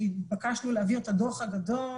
כשהתבקשנו להעביר את הדוח הגדול,